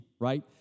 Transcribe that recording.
right